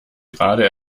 gerade